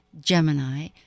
Gemini